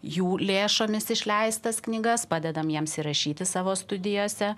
jų lėšomis išleistas knygas padedam jiems įrašyti savo studijose